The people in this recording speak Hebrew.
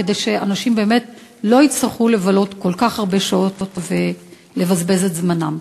כדי שאנשים באמת לא יצטרכו לבלות כל כך הרבה שעות ולבזבז את זמנם?